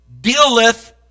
dealeth